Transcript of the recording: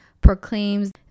proclaims